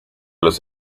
los